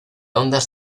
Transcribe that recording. ondas